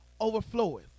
overfloweth